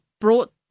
brought